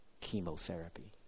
chemotherapy